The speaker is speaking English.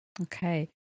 Okay